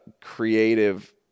creative